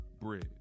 Bridge